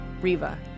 Riva